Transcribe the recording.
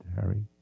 Harry